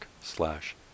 slash